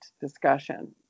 discussion